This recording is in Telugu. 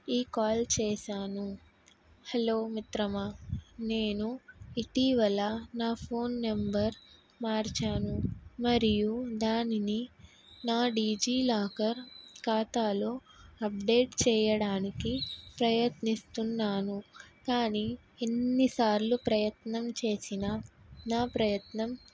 ఈ కాల్ చేశాను హలో మిత్రమా నేను ఇటీవల నా ఫోన్ నెంబర్ మార్చాను మరియు దానిని నా డిజిలాకర్ ఖాతాలో అప్డేట్ చెయ్యడానికి ప్రయత్నిస్తున్నాను కానీ ఎన్నిసార్లు ప్రయత్నం చేసిన నా ప్రయత్నం